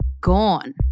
Gone